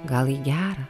gal į gera